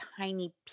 tiny